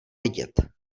vidět